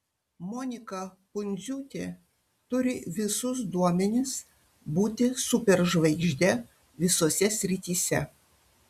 monika pundziūtė turi visus duomenis būti superžvaigžde visose srityse